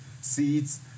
seeds